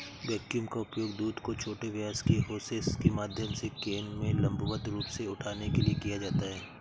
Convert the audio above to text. vacuum का उपयोग दूध को छोटे व्यास के होसेस के माध्यम से कैन में लंबवत रूप से उठाने के लिए किया जाता है